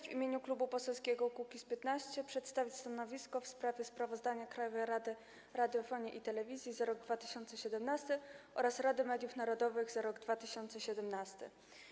W imieniu Klubu Poselskiego Kukiz’15 mam zaszczyt przedstawić stanowisko w sprawie sprawozdań Krajowej Rady Radiofonii i Telewizji za rok 2017 oraz Rady Mediów Narodowych za rok 2017.